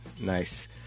nice